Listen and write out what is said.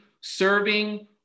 serving